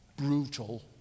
brutal